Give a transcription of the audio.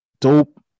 dope